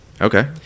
Okay